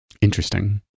Interesting